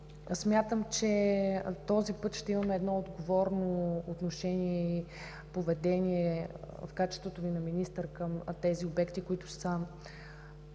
и смятам, че този път ще имаме едно отговорно отношение и поведение в качеството Ви на министър към тези обекти, които са